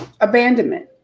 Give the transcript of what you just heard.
abandonment